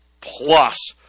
plus